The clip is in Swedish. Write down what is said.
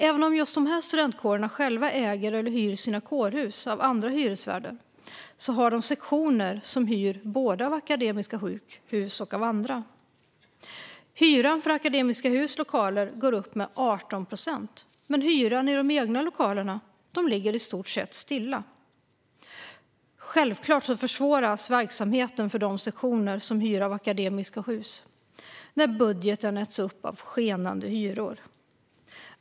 Även om just de studentkårerna själva äger eller hyr sina kårhus av andra hyresvärdar har de sektioner som hyr både av Akademiska Hus och av andra. Hyran för Akademiska Hus lokaler går upp med 18 procent, men hyran för de egna lokalerna ligger i stort sett stilla. Självklart försvåras verksamheten för de sektioner som hyr av Akademiska Hus när budgeten äts upp av skenande hyror.